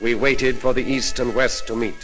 we waited for the east and west to me